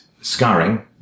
scarring